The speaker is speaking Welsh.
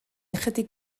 ychydig